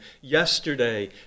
yesterday